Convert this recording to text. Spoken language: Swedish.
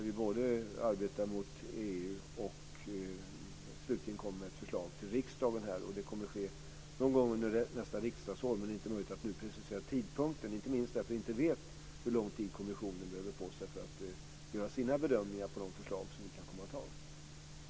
Vi arbetar mot EU, och kommer slutligen med ett förslag till riksdagen. Det kommer att ske någon gång under nästa riksdagsår. Det är inte möjligt att nu precisera tidpunkten eftersom vi inte vet hur lång tid kommissionen behöver på sig för att göra sina bedömningar av de förslag som vi kan komma att ha.